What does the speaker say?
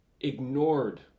ignored